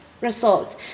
result